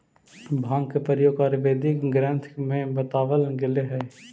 भाँग के प्रयोग आयुर्वेदिक ग्रन्थ में बतावल गेलेऽ हई